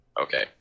Okay